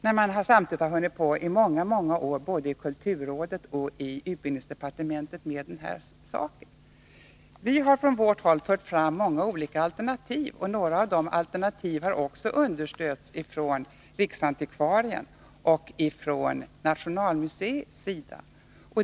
Samtidigt vet vi att man hållit på med den här saken i många år i både kulturrådet och utbildningsdepartementet. Vi har från vårt håll fört fram många olika alternativ, och några av de alternativen har också understötts av riksantikvarien och Nationalmuseum.